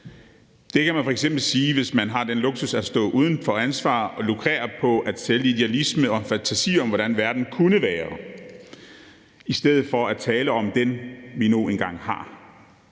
Det kan man f.eks. sige, hvis man har den luksus at stå uden for ansvaret og lukrere på en idealisme og en fantasi om, hvordan verden kunne være, i stedet for at tale om den, vi nu engang har.